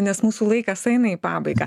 nes mūsų laikas aina į pabaigą